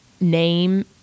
name